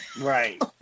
Right